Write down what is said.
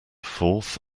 fourth